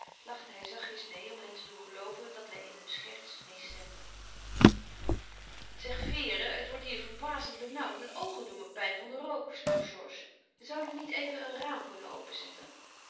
lachte hij zachtjes meê om hen te doen gelooven dat hij in hun scherts meêstemde zeg vere het wordt hier verbazend benauwd mijn oogen doen me pijn van den rook sprak georges zouden we niet even een raam kunnen openzetten